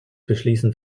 beschließen